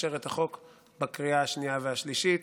לאשר את החוק בקריאה השנייה והשלישית.